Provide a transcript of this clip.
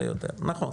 נכון.